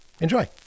Enjoy